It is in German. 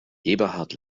eberhard